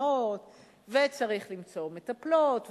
קייטנות וצריך למצוא מטפלות ופתרונות,